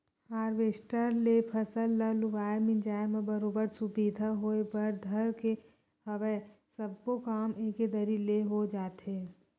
harvester ले फसल ल लुवाए मिंजाय म बरोबर सुबिधा होय बर धर ले हवय सब्बो काम एके दरी ले हो जाथे